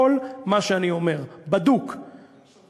כל מה שאני אומר, בדוק ברשות ובסמכות.